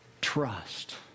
trust